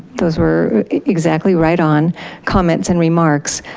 those were exactly right on comments and remarks.